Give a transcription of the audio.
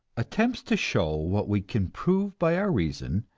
attempts to show what we can prove by our reason,